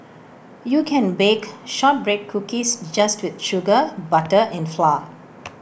you can bake Shortbread Cookies just with sugar butter and flour